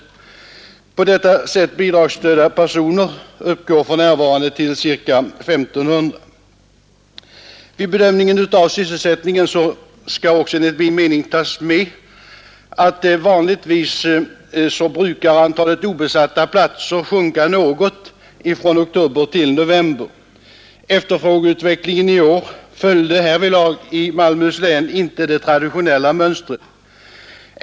Antalet på detta sätt understödda personer uppgår för närvarande till ca 1 500. Vid bedömningen av sysselsättningen skall också enligt min mening tas med, att vanligtvis brukar antalet obesatta platser sjunka något från oktober till november. Efterfrågeutvecklingen i år följde härvidlag i Malmöhus län inte det traditionella mönstret.